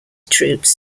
troops